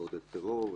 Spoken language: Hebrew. לעודד טרור,